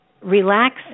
relax